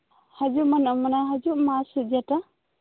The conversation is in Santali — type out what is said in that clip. ᱦᱤᱡᱩᱜ ᱢᱮ ᱜᱟᱞᱢᱟᱨᱟᱣ ᱦᱟᱡᱩᱜ ᱢᱟᱥ ᱡᱮᱴᱟ